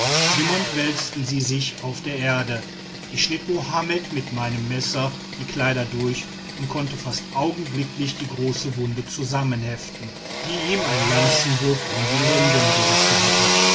wimmernd wälzten sie sich auf der erde ich schnitt mohammed mit meinem messer die kleider durch und konnte fast augenblicklich die große wunde zusammenheften die ihm ein lanzenwurf in die lenden gerissen hatte